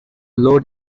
low